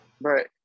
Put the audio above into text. Right